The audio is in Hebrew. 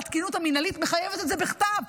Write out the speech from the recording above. התקינות המינהלית מחייבת את זה בכתב.